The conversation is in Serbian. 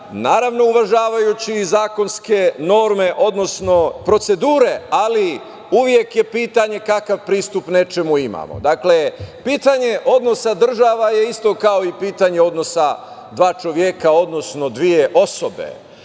naravno, uvažavajući i zakonske norme, odnosno procedure, ali uvek je pitanje kakav pristup nečemu imamo. Dakle, pitanje odnosa država je isto kao i pitanje odnosa dva čoveka, odnosno dve osobe.